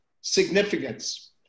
significance